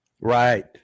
Right